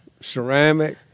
Ceramic